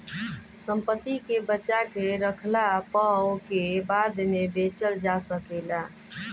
संपत्ति के बचा के रखला पअ ओके बाद में बेचल जा सकेला